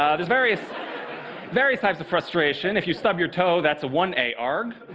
ah there's various various types of frustration. if you stub your toe, that's a one a argh.